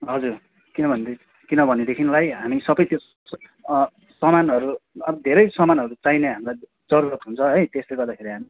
हजुर किनभनेदेखि किनभनेदेखिलाई हामी सबै त्यो सामानहरू धेरै सामानहरू चाहिने हामीलाई जरुरत हुन्छ है त्यसले गर्दाखेरि हामी